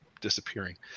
disappearing